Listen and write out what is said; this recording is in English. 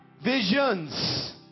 Visions